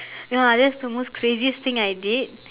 ya that's the most craziest thing I did